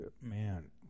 Man